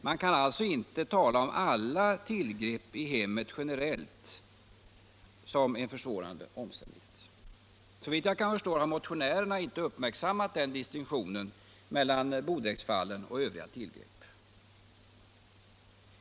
Man kan alltså inte tala om alla tillgrepp i hemmet generellt som en försvårande omständighet. Såvitt jag kan förstå har motionärerna inte uppmärksammat distinktionen mellan bodräktsfallen och övriga tillgrepp.